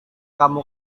kamu